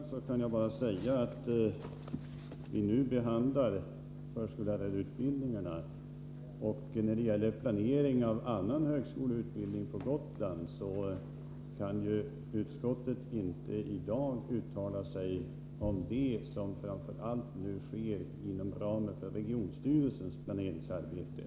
Fru talman! På den direkta frågan kan jag bara svara: Vi behandlar nu förskollärarutbildningarna, och när det gäller planering av annan högskoleutbildning på Gotland kan utskottet inte i dag uttala sig om det som sker främst inom ramen för regionstyrelsens planeringsarbete.